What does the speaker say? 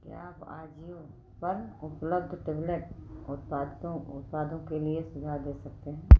क्या आप आजियो पर उपलब्ध टेबलेट उत्पादों के लिए सुझाव दे सकते हैं